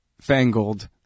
fangled